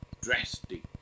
drastic